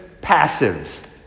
passive